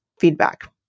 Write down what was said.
feedback